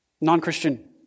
Non-Christian